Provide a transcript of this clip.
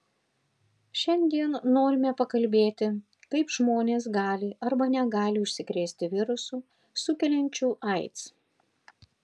šiandien norime pakalbėti kaip žmonės gali arba negali užsikrėsti virusu sukeliančiu aids